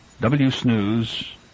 W-Snooze